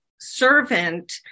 servant